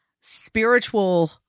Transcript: spiritual